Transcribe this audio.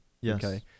Yes